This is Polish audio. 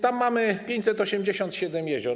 Tam mamy 587 jezior.